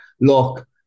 look